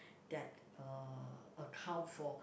that uh account for